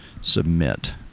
submit